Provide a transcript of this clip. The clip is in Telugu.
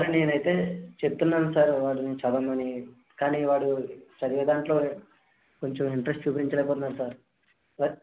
సార్ నేను అయితే చెప్తున్నాను సార్ వాడిని చదవమని కానీ వాడు చదివే దాంట్లో కొంచెం ఇంట్రెస్ట్ చూపించలేకపోతున్నాడు సార్